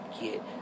get